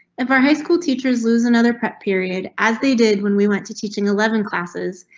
if our high school teachers lose another period as they did when we went to teaching eleven classes,